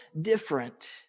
different